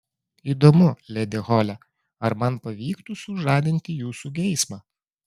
įdomu ledi hole ar man pavyktų sužadinti jūsų geismą